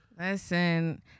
Listen